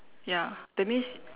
ya that means